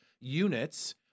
units